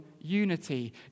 unity